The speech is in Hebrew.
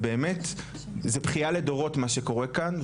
זה באמת, זה בכייה לדורות מה שקורה כאן.